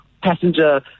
passenger